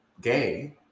gay